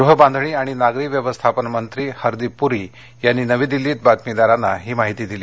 गृह बांधणी आणि नागरी व्यवस्थापन मंत्री हरदीप पुरी यांनी नवी दिल्लीत पत्रकारांना ही माहिती दिली